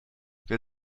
wer